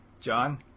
John